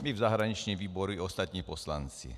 My v zahraničním výboru i ostatní poslanci.